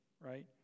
right